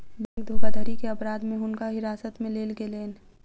bank धोखाधड़ी के अपराध में हुनका हिरासत में लेल गेलैन